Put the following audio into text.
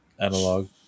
analog